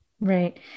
Right